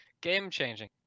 game-changing